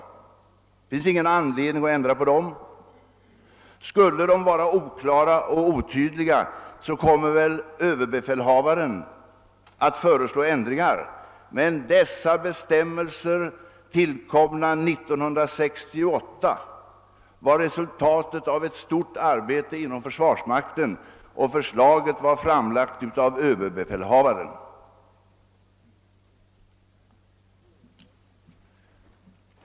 Det finns ingen anledning att ändra på dem. Skulle de vara oklara, kommer väl överbefälhavaren att föreslå ändringar. Men dessa bestämmelser, tillkomna 1968, var resultatet av ett stort arbete inom försvarsmakten, och förslaget var framlagt av överbefälhavaren.